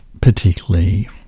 particularly